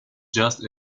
just